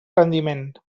rendiment